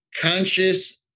conscious